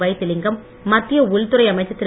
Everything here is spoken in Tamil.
வைத்திலிங்கம் மத்திய உள்துறை அமைச்சர் திரு